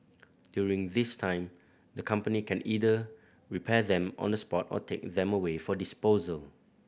during this time the company can either repair them on the spot or take them away for disposal